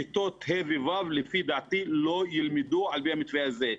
כתות ה' ו-ו' לפי דעתי לא ילמדו על פי המתווה הזה.